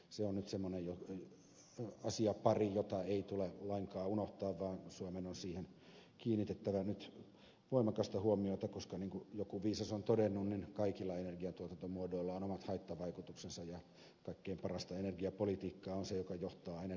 se on nyt sellainen asiapari jota ei tule lainkaan unohtaa vaan suomen on siihen kiinnitettävä nyt voimakkaasti huomiota koska niin kuin joku viisas on todennut kaikilla energiantuotantomuodoilla on omat haittavaikutuksensa ja kaikkein parasta energiapolitiikkaa on se joka johtaa energiankulutuksen vähenemiseen